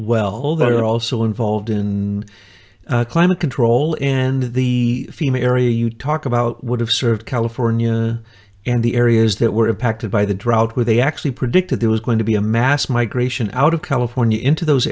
well they're also involved in climate control and the female area you talk about would have served california and the areas that were impacted by the drought where they actually predicted there was going to be a mass migration out of california into those